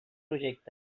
projectes